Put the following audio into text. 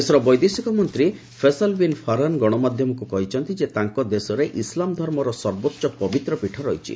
ଦେଶର ବୈଦେଶିକ ମନ୍ତ୍ରୀ ଫେସଲ ବିନ୍ ଫାରହନ ଗଣମାଧ୍ୟମକୁ କହିଛନ୍ତି ଯେ ତାଙ୍କ ଦେଶରେ ଇସଲାମଧର୍ମର ସର୍ବୋଚ୍ଚ ପବିତ୍ର ପୀଠ ରହିଛି